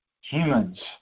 humans